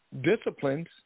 disciplines